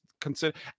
consider